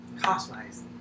cost-wise